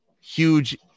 huge